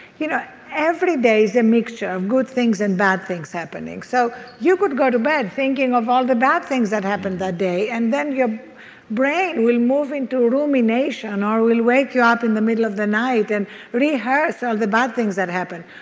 you know every day is a and mixture of good things and bad things happening. so you could go to bed thinking of all the bad things that happened that day and then your brain will move into rumination or will wake you up in the middle of the night and rehearse all the bad things that happened.